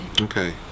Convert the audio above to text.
Okay